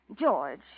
George